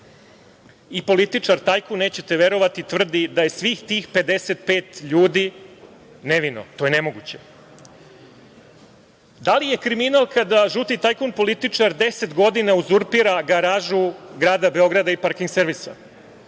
Političar tajkun, nećete verovati, tvrdi da je svih tih 55 ljudi nevino. To je nemoguće. Da li je kriminal kada žuti tajkun političar deset godina uzurpira garažu Grada Beograda i parking servisa?